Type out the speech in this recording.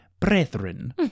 brethren